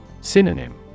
Synonym